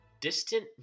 Distant